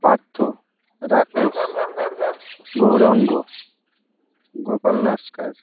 Partha Rakesh Gouranga Gopal Naskar